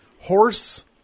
horse